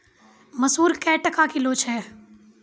मसूर क्या टका किलो छ?